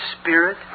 Spirit